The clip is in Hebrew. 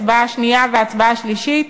הצבעה שנייה והצבעה שלישית,